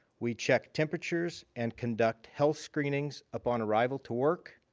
we check temperatures and conduct health screenings upon arrival to work,